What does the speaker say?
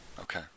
Okay